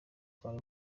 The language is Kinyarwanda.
kwari